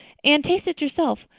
anne, taste it yourself.